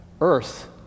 Earth